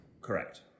Correct